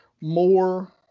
more